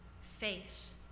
Faith